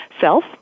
self